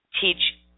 teach